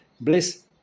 bliss